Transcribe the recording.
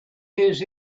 his